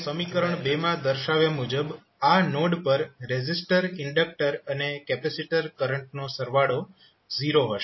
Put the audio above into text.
હવે સમીકરણ માં દર્શાવ્યા મુજબ આ નોડ પર રેઝિસ્ટર ઇન્ડક્ટર અને કેપેસિટર કરંટનો સરવાળો 0 હશે